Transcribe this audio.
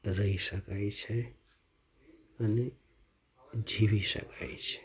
રહી શકાય છે અને જીવી શકાય છે